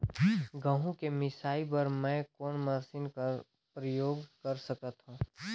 गहूं के मिसाई बर मै कोन मशीन कर प्रयोग कर सकधव?